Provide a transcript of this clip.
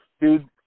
Dude